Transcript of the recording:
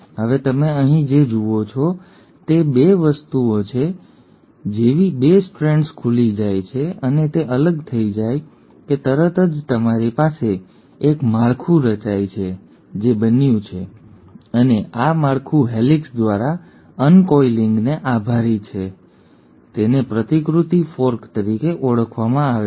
હવે તમે અહીં જે જુઓ છો તે બે વસ્તુઓ છે એક જેવી 2 સ્ટ્રેન્ડ્સ ખુલી જાય છે અને તે અલગ થઈ જાય છે કે તરત જ તમારી પાસે એક માળખું રચાય છે જે બન્યું છે અને આ માળખું હેલિકેસ દ્વારા અનકોઇલિંગને આભારી છે તેને પ્રતિકૃતિ ફોર્ક તરીકે ઓળખવામાં આવે છે